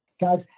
Guys